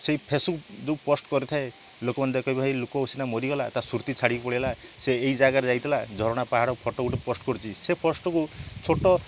ସେଇ ଫେସ୍କୁ ଯେଉଁ କଷ୍ଟ କରିଥାଏ ଲୋକମାନେ ଦେଖ ଭାଇ ଲୋକ ସିନା ମରିଗଲା ତା'ସ୍ମୃତି ଛାଡ଼ିକି ପଳାଇଲା ସିଏ ଏଇ ଜାଗାକୁ ଯାଇଥିଲା ଝରଣା ପାହାଡ଼ ଫଟୋ ଗୋଟେ ପୋଷ୍ଟ କରିଛି ସେ ପୋଷ୍ଟକୁ ଛୋଟ